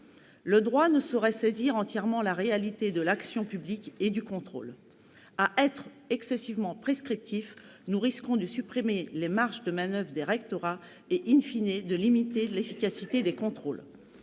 Le droit ne saurait saisir entièrement la réalité de l'action publique et du contrôle. À être excessivement prescriptifs, nous risquons de supprimer les marges de manoeuvre des rectorats et,, de limiter l'efficacité des contrôles.